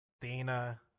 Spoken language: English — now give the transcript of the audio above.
Dana